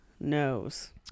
knows